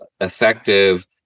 effective